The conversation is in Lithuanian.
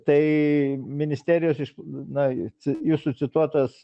tai ministerijos iš na ir jūsų cituotas